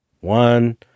one